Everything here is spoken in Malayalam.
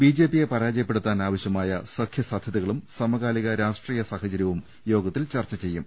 ബി ജെ പിയെ പരാജയപ്പെടുത്തു ന്നതിന് ആവശ്യമായ സഖ്യസാധ്യതകളും സമകാലിക രാഷ്ട്രീയ സാഹ ചര്യവും യോഗത്തിൽ ചർച്ച ചെയ്യും